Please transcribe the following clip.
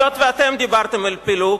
היות שאתם דיברתם על פילוג,